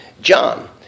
John